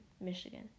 Michigan